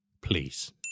please